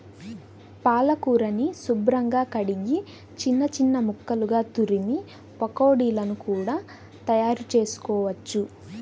పాలకూరని శుభ్రంగా కడిగి చిన్న చిన్న ముక్కలుగా తురిమి పకోడీలను కూడా తయారుచేసుకోవచ్చు